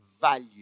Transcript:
value